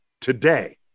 today